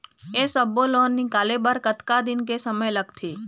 ये सब्बो लोन निकाले बर कतका दिन के समय लगथे?